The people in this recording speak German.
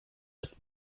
ist